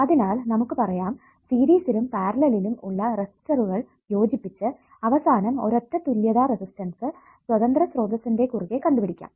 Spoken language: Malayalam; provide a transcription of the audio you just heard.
അതിനാൽ നമുക്ക് പറയാം സീരിസ്സിലും പാരല്ലെലിലും ഉള്ള റെസിസ്റ്ററുകൾ യോജിപ്പിച്ചു അവസാനം ഒരൊറ്റ തുല്യത റെസിസ്റ്റൻസ് സ്വതന്ത്ര സ്രോതസ്സിന്റെ കുറുകെ കണ്ടുപിടിക്കാം